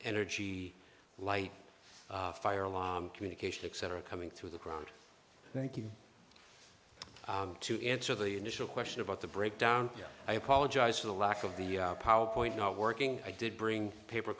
energy light fire line communication etc coming through the ground thank you to answer the initial question about the breakdown i apologize for the lack of the powerpoint not working i did bring paper